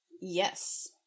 Yes